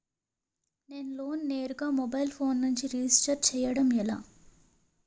నేను లోన్ నేరుగా mobile phone నుంచి రిజిస్టర్ చేయండి ఎలా?